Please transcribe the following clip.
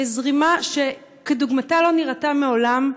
בזרימה שכדוגמתה לא נראתה מעולם.